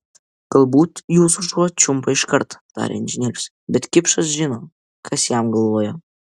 galbūt jūsų šuo čiumpa iškart tarė inžinierius bet kipšas žino kas jam galvoje